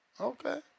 Okay